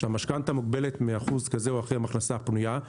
שהמשכנתה מוגבלת מאחוז כזה או אחר מההכנסה הפנויה,